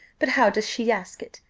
but how does she ask it?